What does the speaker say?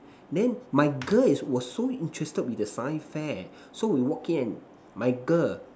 then my girl is was so interested with the science fair so we walk in and my girl